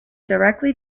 directly